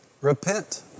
repent